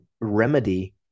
remedy